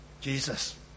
Jesus